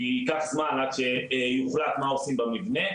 כי ייקח זמן עד שיוחלט מה עושים במבנה.